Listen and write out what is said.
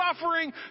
suffering